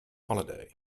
holiday